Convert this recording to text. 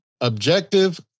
objective